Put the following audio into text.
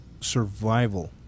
survival